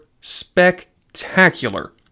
spectacular